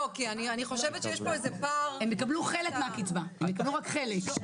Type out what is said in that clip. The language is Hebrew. הם יקבלו חלק מהקצבה, הם יקבלו רק חלק.